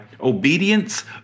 obedience